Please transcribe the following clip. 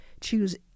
Choose